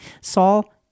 Saul